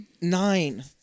nine